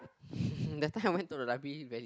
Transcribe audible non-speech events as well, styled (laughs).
(laughs) that time I went to the library very